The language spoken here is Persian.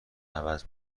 عوض